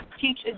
teach